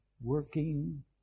working